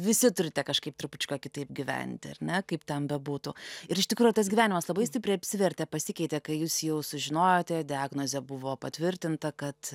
visi turite kažkaip trupučiuką kitaip gyventi ar na kaip ten bebūtų ir iš tikro tas gyvenimas labai stipriai apsivertė pasikeitė kai jūs jau sužinojote diagnozė buvo patvirtinta kad